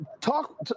talk